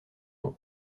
nom